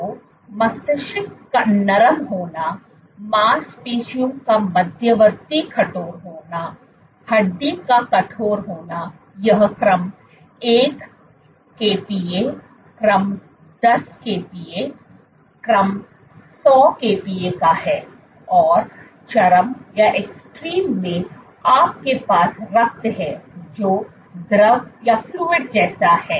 तो मस्तिष्क नरम होना मांसपेशियों का मध्यवर्ती कठोर होना हड्डी का कठोर होना यह क्रम 1 kPa क्रम 10 kPa क्रम 100 kPa का है और चरम में आपके पास रक्त है जो द्रव जैसा है